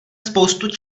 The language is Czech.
spoustu